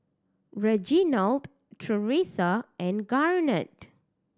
Reginald Tresa and Garnet